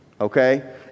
okay